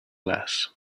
less